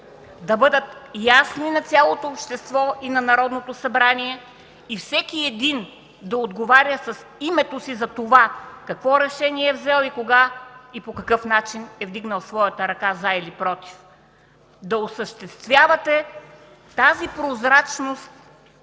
да бъдат ясни на цялото общество и на Народното събрание и всеки един да отговаря с името си за това какво решение е взел и по какъв начин е вдигнал своята ръка „за” или „против”. Да осъществявате тази прозрачност,